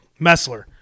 Messler